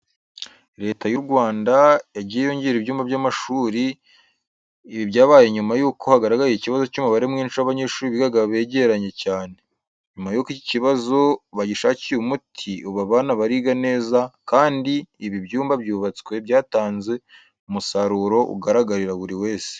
Leta y'u Rwanda yagiye yongera ibyumba by'amashuri, ibi byabaye nyuma yuko hagaragaye ikibazo cy'umubare mwinshi w'abanyeshuri bigaga begeranye cyane. Nyuma yuko iki kibazo bagishakiye umuti, ubu abana bariga neza kandi ibi byumba byubatswe byatanze umusaruro ugaragarira buri wese.